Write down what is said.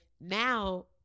now